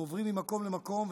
הם עוברים ממקום למקום,